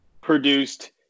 produced